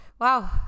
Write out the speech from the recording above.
wow